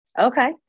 Okay